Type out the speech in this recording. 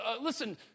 Listen